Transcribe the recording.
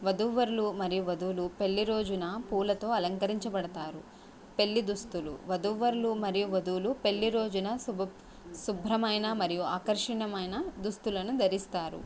వధూవరులు మరియు వధువులు పెళ్లి రోజున పూలతో అలంకరించబడతారు పెళ్లి దుస్తులు వధూవరులు మరియు వధువులు పెళ్లి రోజున శుభ శుభ్రమైన మరియు ఆకర్షణమైన దుస్తులను ధరిస్తారు